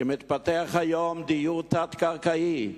מתפתח היום דיור תת-קרקעי.